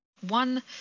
One